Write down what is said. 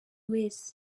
wese